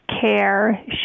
care